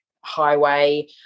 highway